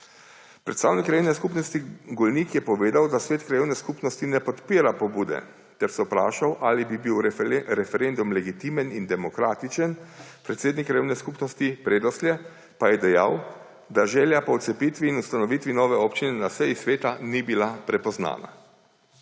Predstavnik Krajevne skupnosti Golnik je povedal, da svet Krajevne skupnosti ne podpira pobude, ter se vprašal, ali bi bil referendum legitimen in demokratičen. Predsednik Krajevne skupnosti Predoslje pa je dejal, da želja po odcepitvi in ustanovitvi nove občine na seji sveta ni bila prepoznana.